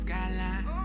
Skyline